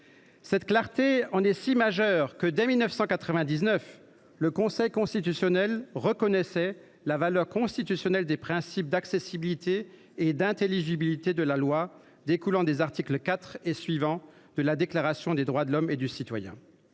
Cette clarté est si importante que, dès 1999, le Conseil constitutionnel reconnaissait la valeur constitutionnelle des principes d’accessibilité et d’intelligibilité de la loi, qui découlent des articles 4 et suivants de la Déclaration des droits de l’homme et du citoyen.